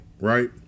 right